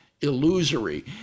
illusory